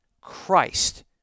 Christ